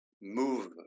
move